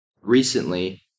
recently